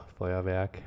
Feuerwerk